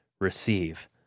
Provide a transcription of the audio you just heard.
receive